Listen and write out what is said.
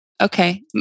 Okay